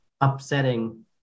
upsetting